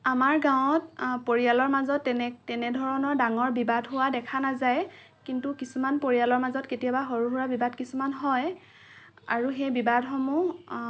আমাৰ গাৱঁত পৰিয়ালৰ মাজত তেনে তেনেধৰণৰ ডাঙৰ বিবাদ হোৱা দেখা নাযায় কিন্তু কিছুমান পৰিয়ালৰ মাজত কেতিয়াবা সৰু সুৰা বিবাদ কিছুমান হয় আৰু সেই বিবাদসমূহ